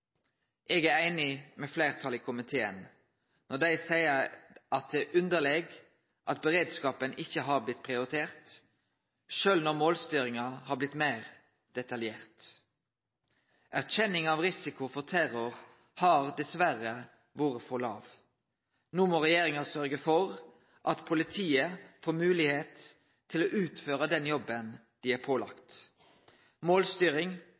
Eg er einig med fleirtalet i komiteen når dei seier at det er underleg at beredskapen ikkje har blitt prioritert – sjølv når målstyringa har blitt meir detaljert. Erkjenninga av risiko for terror har dessverre vore for låg. No må regjeringa sørgje for at politiet får moglegheit til å utføre den jobben det er pålagt. Målstyring